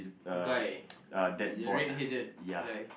guy the red headed guy